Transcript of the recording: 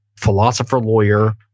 philosopher-lawyer